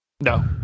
No